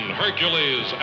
hercules